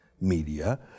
media